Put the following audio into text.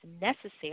necessary